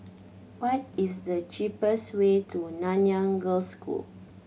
what is the cheapest way to Nanyang Girls' School